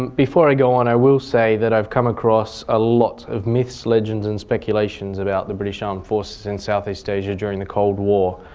before i go on i will say that i've come across a lot of myths, legends and speculations about the british armed forces in south east asia during the cold war.